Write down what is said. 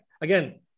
again